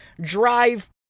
drive